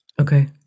Okay